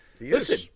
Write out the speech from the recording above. Listen